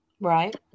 Right